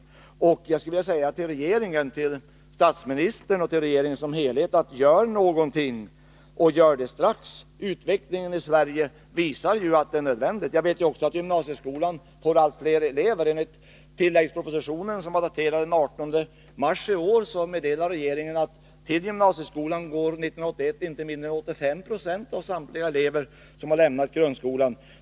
Jag skulle vilja säga till statsministern och till regeringen som helhet: Gör någonting och gör det strax! Utvecklingen i Sverige visar att det är nödvändigt. Gymnasieskolan får allt fler elever. I tilläggspropositionen, som är daterad den 18 mars i år, meddelar regeringen att inte mindre än 85 90 av samtliga elever som lämnat grundskolan 1981 går till gymnasieskolan.